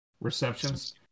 receptions